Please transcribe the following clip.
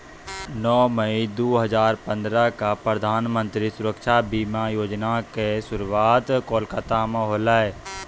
नौ मई दू हजार पंद्रह क प्रधानमन्त्री सुरक्षा बीमा योजना के शुरुआत कोलकाता मे होलै